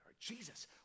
Jesus